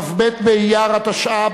כ"ב באייר התשע"ב,